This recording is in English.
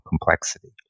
complexity